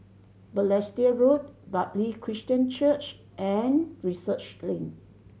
Balestier Road Bartley Christian Church and Research Link